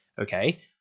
Okay